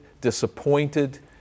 disappointed